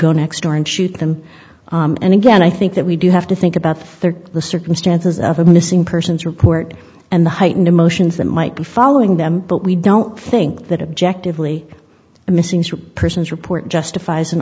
go next door and shoot them and again i think that we do have to think about thirty the circumstances of a missing person's report and the heightened emotions that might be following them but we don't think that objectively a missing person's report justifies an